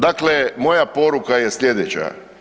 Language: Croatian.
Dakle, moja poruka je slijedeća.